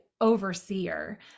overseer